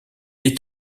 est